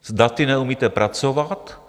S daty neumíte pracovat.